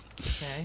Okay